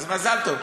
אז מזל טוב.